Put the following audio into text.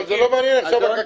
אבל זה לא מעניין,